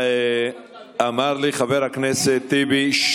חבריא, אמר לי חבר הכנסת טיבי,